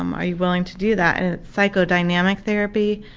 um are you willing to do that? and psychodynamic therapy,